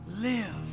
live